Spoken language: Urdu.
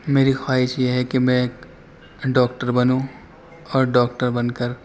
میری خواہش یہ ہے کہ میں ایک ڈاکٹر بنوں اور ڈاکٹر بن کر